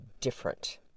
different